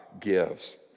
gives